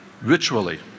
virtually